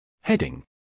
Heading